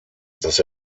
dass